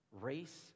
race